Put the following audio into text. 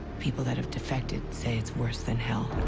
people that have defected say it's worse than hell,